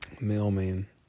mailman